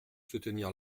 soutenir